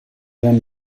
gran